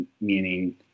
meaning